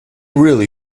really